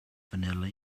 vanilla